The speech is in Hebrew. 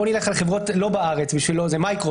בוא נלך על חברות לא בארץ זה מייקרוסופט.